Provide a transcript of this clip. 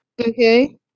Okay